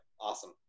Awesome